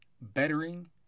bettering